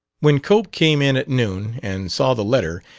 when cope came in at noon and saw the letter,